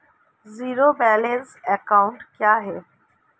Zero balance account क्या है?